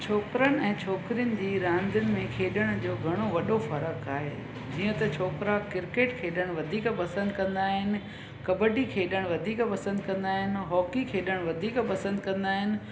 छोकिरनि ऐं छोकिरियुनि जी रांदियुनि में खेॾण जो घणो वॾो फ़र्क़ु आहे जीअं त छोकिरा क्रिकेट खेॾणु वधीक पसंदि कंदा आहिनि कबडी खेॾणु वधीक पसंदि कंदा आहिनि हॉकी खेॾणु वधीक पसंदि कंदा आहिनि